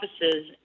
offices